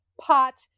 pot